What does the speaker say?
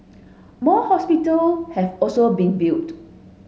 more hospital have also been built